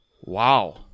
wow